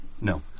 No